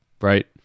Right